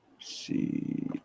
see